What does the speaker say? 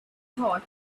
thought